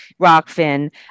Rockfin